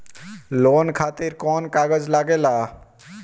Loan खातिर कौन कागज लागेला?